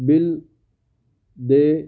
bill ਦੇ